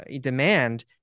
demand